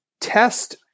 test